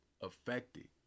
affected